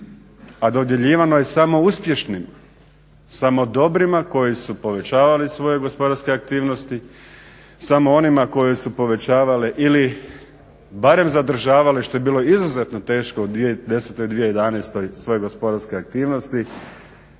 a dodjeljivano je samo uspješnim, samo dobrima koji su povećavali svoje gospodarske aktivnosti, samo onima koji su povećavali ili zadržavali što je bilo izuzetno teško u 2010., 2011. svoje gospodarske aktivnosti